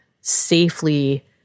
safely